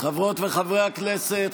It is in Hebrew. חברות וחברי הכנסת.